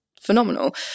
phenomenal